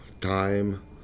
time